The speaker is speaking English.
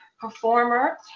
performer